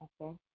Okay